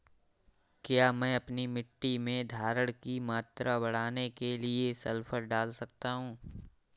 क्या मैं अपनी मिट्टी में धारण की मात्रा बढ़ाने के लिए सल्फर डाल सकता हूँ?